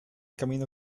camino